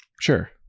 Sure